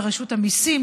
ורשות המיסים,